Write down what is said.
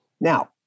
Now